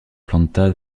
planta